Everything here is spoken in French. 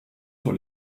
sur